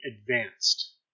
advanced